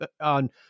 on